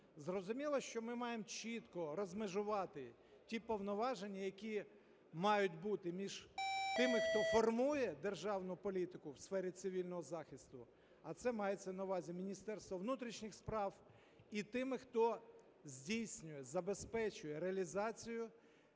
Зрозуміло, що ми маємо чітко розмежувати ті повноваження, які мають бути між тими, хто формує державну політику у сфері цивільного захисту, а це мається на увазі Міністерство внутрішніх справ, і тими, хто здійснює, забезпечує, реалізацію